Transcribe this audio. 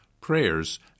prayers